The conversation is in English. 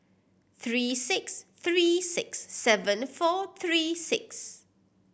three six three six seven four three six